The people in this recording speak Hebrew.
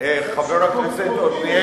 איזה צד?